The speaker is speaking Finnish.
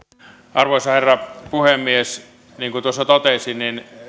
arvoisa herra puhemies niin kuin tuossa totesin